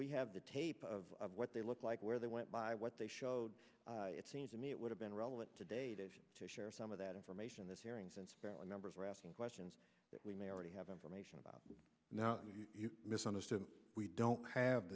we have the tape of what they look like where they went by what they showed it seems to me it would have been relevant today to share some of that information this hearing since numbers are asking questions that we may already have information about now you misunderstood we don't have